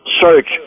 search